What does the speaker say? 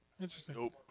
Interesting